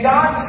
God